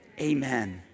amen